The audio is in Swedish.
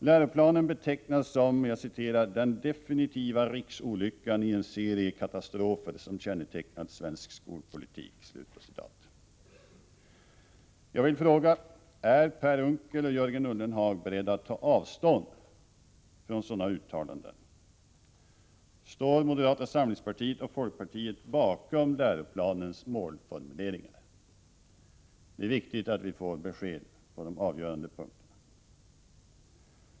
Läroplanen betecknas som ”den definitiva riksolyckan i en serie katastrofer som kännetecknat svensk skolpolitik”. Jag vill fråga: Är Per Unckel och Jörgen Ullenhag beredda att ta avstånd från sådana uttalanden? Står moderata samlingspartiet och folkpartiet bakom läroplanens målformuleringar? Det är viktigt att vi får besked på de avgörande punkterna.